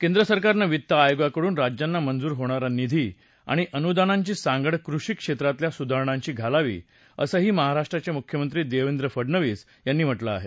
केंद्र सरकारनं वित्त आयोगाकडून राज्यांना मंजूर होणारा निधी आणि अनुदानांची सागंड कृषी क्षेत्रातल्या सुधारणांशी घालावी असंही महाराष्ट्राचे मुख्यमंत्री देवेंद्र फडनवीस यांनी म्हटलं आहे